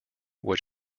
what